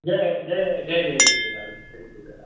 जय जय जय जय झूलेलाल जय झूलेलाल